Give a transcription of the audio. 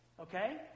Okay